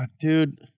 dude